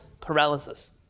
paralysis